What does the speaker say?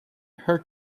her